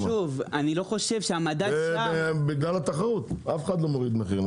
אני לא חושב שהמדד --- בגלל התחרות אף אחד לא מוריד מחיר,